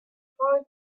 for